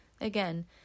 again